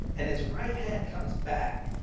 and his right hand comes back,